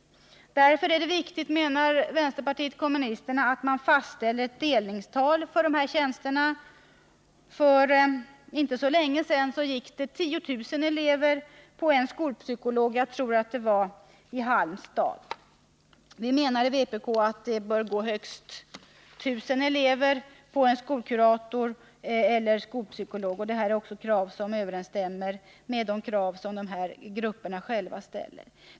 Därför är det viktigt, menar vänsterpartiet kommunisterna, att det fastställs ett delningstal för dessa tjänster. För inte så länge sedan gick det 10 000 elever på en skolpsykolog i Halmstad. Vi menar i vpk att det bör gå högst 1000 elever på en skolkurator eller skolpsykolog. Detta överensstämmer också med de krav som dessa grupper själva ställer.